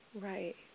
Right